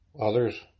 others